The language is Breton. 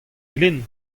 glin